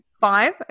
Five